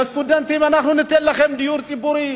לסטודנטים: ניתן לכם דיור ציבורי,